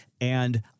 And-